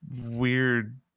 weird